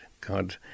God